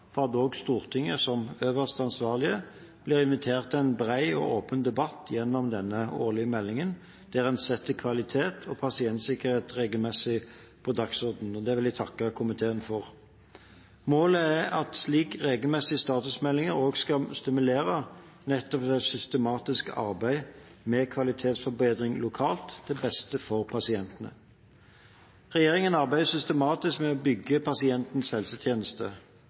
for Stortinget som øverste ansvarlige. Vi har invitert til en bred og åpen debatt gjennom denne årlige meldingen, der en setter kvalitet og pasientsikkerhet regelmessig på dagsordenen. Det vil jeg takke komiteen for. Målet er at slike regelmessige statusmeldinger også skal stimulere nettopp til systematisk arbeid med kvalitetsforbedring lokalt – til beste for pasientene. Regjeringen arbeider systematisk med å bygge pasientens helsetjeneste.